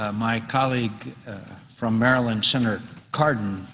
ah my colleague from maryland, senator cardin,